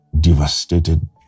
devastated